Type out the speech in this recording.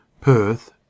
Perth